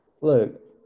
Look